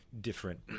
different